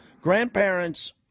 grandparents